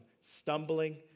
stumbling